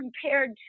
compared